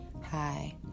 hi